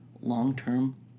long-term